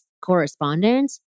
correspondence